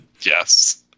Yes